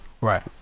Right